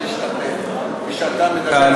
כשאתה מדבר,